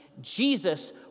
Jesus